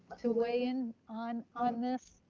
to weigh in on on this.